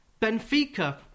Benfica